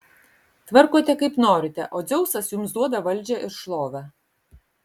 tvarkote kaip norite o dzeusas jums duoda valdžią ir šlovę